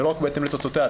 ולא רק בהתאם לתוצאותיה,